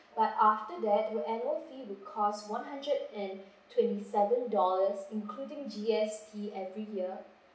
but after that the annual fee will cost one hundred and twenty-seven dollars including G_S_T every year